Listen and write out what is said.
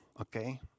Okay